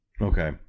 okay